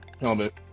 helmet